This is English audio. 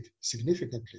significantly